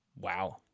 Wow